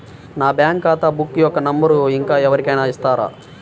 నా బ్యాంక్ ఖాతా బుక్ యొక్క నంబరును ఇంకా ఎవరి కైనా ఇస్తారా?